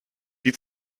die